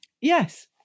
Yes